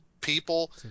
people